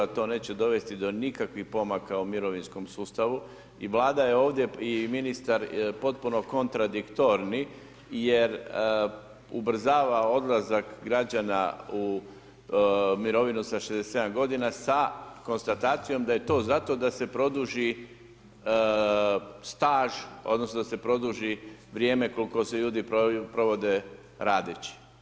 To neće dovesti do nikakvih pomaka u mirovinskom sustavu i Vlada je ovdje i ministar potpuno kontradiktorni jer ubrzava odlazak građana u mirovinu sa 67 godina sa konstatacijom da je to zato da se produži staž odnosno da se produži vrijeme kolko se ljudi provode radeći.